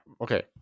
Okay